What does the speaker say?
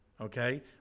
okay